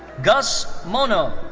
gus monod.